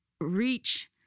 reach